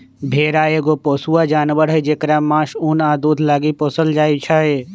भेड़ा एगो पोसुआ जानवर हई जेकरा मास, उन आ दूध लागी पोसल जाइ छै